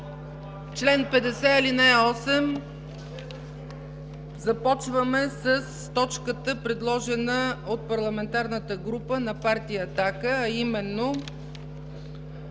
Член 50, ал. 8 – започваме с точката, предложена от Парламентарната група на Партия „Атака“, а именно: